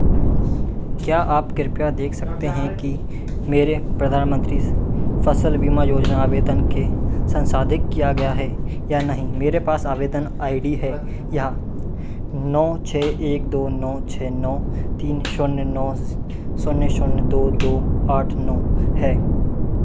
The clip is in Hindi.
क्या आप कृपया देख सकते हैं कि मेरे प्रधानमंत्री फ़सल बीमा योजना आवेदन के संसाधित किया गया है या नहीं मेरे पास आवेदन आई डी है यह नौ छः एक दो नौ छः नौ तीन शून्य नौ शून्य शून्य दो दो आठ नौ है